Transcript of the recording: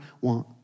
want